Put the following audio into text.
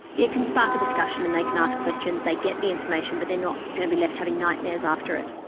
it can spark a discussion and they can ask questions. they get the information but they're not going to be left having nightmares after it.